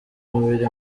umubiri